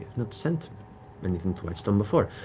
not sent anything to whitestone before.